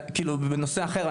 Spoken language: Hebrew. בנושא אחר,